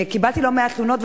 קיבלתי לא מעט תלונות,